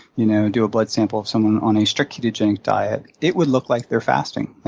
you know do a blood sample of someone on a strict ketogenic diet, it would look like they're fasting,